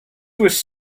was